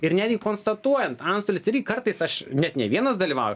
ir netgi konstatuojant antstolis irgi kartais aš net ne vienas dalyvauju